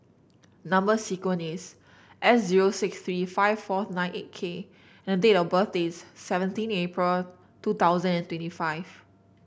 number sequence is S zero six three five four nine eight K and date of birth is seventeen April two thousand and twenty five